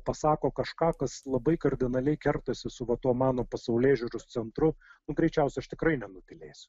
pasako kažką kas labai kardinaliai kertasi su va tuo mano pasaulėžiūros centru greičiausiai aš tikrai nenutylėsiu